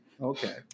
okay